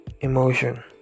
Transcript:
Emotion